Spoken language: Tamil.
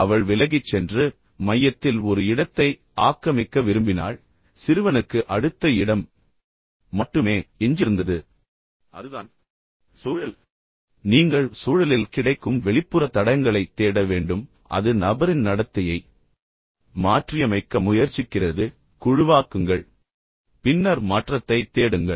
எனவே அவள் விலகிச் சென்று பின்னர் மையத்தில் ஒரு இடத்தை ஆக்கிரமிக்க விரும்பினாள் சிறுவனுக்கு அடுத்த இடம் மட்டுமே எஞ்சியிருந்தது எனவே அதுதான் சூழல் எனவே நீங்கள் சூழலில் கிடைக்கும் வெளிப்புற தடயங்களைத் தேட வேண்டும் அது நபரின் நடத்தையை மாற்றியமைக்க முயற்சிக்கிறது குழுவாக்குங்கள் பின்னர் மாற்றத்தைத் தேடுங்கள்